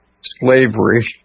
slavery